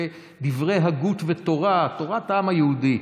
דברי הגות ותורה, תורת העם היהודי,